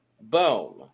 Boom